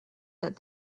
that